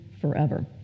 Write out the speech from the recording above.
forever